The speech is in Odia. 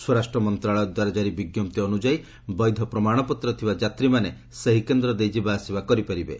ସ୍ୱରାଷ୍ଟ୍ର ମନ୍ତ୍ରଣାଳୟ ଦ୍ୱାରା କ୍କାରି ବିଜ୍ଞପ୍ତି ଅନୁଯାୟୀ ବୈଧ ପ୍ରମାଣପତ୍ର ଥିବା ଯାତ୍ରୀମାନେ ସେହି କେନ୍ଦ୍ର ଦେଇ ଯିବା ଆସିବା କରିପାରିବେ